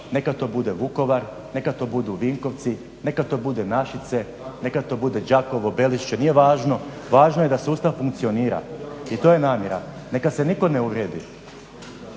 neka to bude Vukovar, neka to budu Vinkovci, neka to bude Našice, neka to bude Đakovo, Belišće, nije važno, važno je da sustav funkcionira i to je namjera, neka se nitko ne uvrijedi.